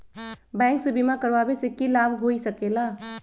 Bank से बिमा करावे से की लाभ होई सकेला?